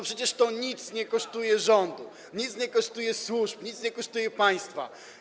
Przecież to nic nie kosztuje rządu, nic nie kosztuje służb, nic nie kosztuje państwa.